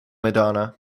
madonna